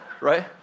right